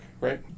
right